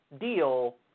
deal